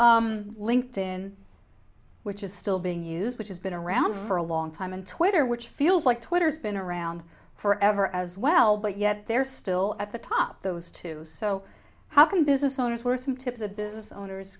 linked in which is still being used which has been around for a long time and twitter which feels like twitter's been around forever as well but yet they're still at the top those two so how can business owners were some tips the business owners